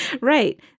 right